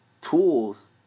tools